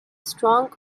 strong